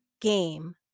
game